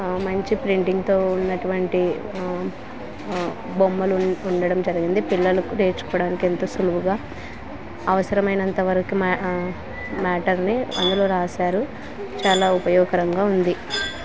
మంచి ప్రింటింగ్తో ఉన్నటువంటి బొమ్మలు ఉండడం జరిగింది పిల్లలకు నేర్చుకోవడానికి ఎంతో సులువుగా అవసరమైనంతవరకు మ్యాటర్ని అందులో రాశారు చాలా ఉపయోగకరంగా ఉంది